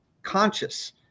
conscious